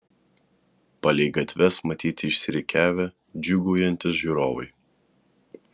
palei gatves matyti išsirikiavę džiūgaujantys žiūrovai